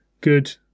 Good